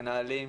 מנהלים,